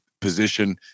position